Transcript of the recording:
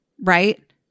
right